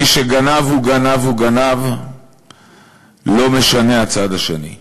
מי שגנב הוא גנב הוא גנב, לא משנה הצד השני.